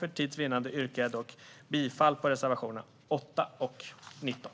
För tids vinnande yrkar jag dock bifall endast till reservationerna 8 och 19.